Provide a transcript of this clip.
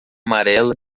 amarela